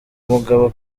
mugabo